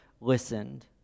listened